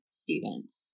students